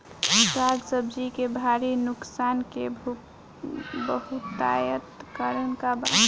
साग सब्जी के भारी नुकसान के बहुतायत कारण का बा?